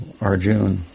Arjuna